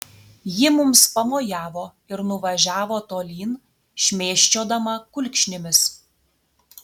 ji mums pamojavo ir nuvažiavo tolyn šmėsčiodama kulkšnimis